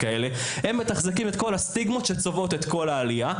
הם מתחזקים את הסטיגמות שצובעות את כל העלייה,